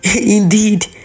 indeed